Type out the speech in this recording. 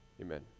Amen